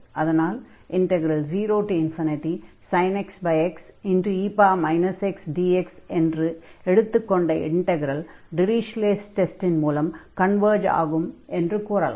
அதனால் 0sin x xe x dx என்ற எடுத்துக் கொண்ட இன்டக்ரல் டிரிஷ்லே'ஸ் டெஸ்டின் Dirichlet's test மூலம் கன்வர்ஜ் ஆகும் என்று கூறலாம்